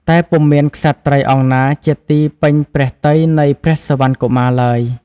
តែពុំមានក្សត្រីអង្គណាជាទីពេញព្រះទ័យនៃព្រះសុវណ្ណកុមារឡើយ។